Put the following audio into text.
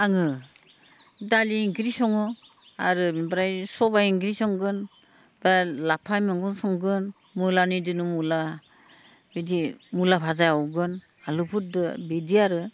आङो दालि ओंख्रि सङो आरो ओमफ्राय सबाय ओंख्रि संगोन लाफा मैगं संगोन मुलानि दिनाव मुला बिदि मुला फाजा एवगोन आलुफोरजों बिदि आरो